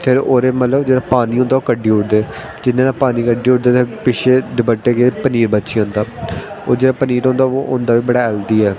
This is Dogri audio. फिर ओह्दे च मतलब जेह्ड़ा पानी होंदा ओह् कड्डी ओड़दे जियां पानी कड्डी ओड़दे ते पिच्छें दपट्टे च पनीर बची जंदा ओह् जेह्ड़ा पनीर होंदा ओह् होंदा बी बड़ा हैल्दी ऐ